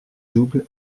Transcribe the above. double